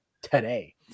Today